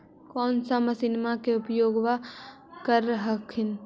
कौन सा मसिन्मा मे उपयोग्बा कर हखिन?